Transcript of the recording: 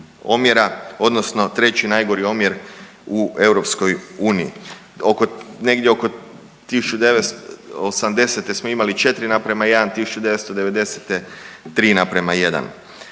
odnosno treći najgori omjer u EU. Negdje oko 1980. smo imali 4:1, 1990. 3:1.